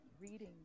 reading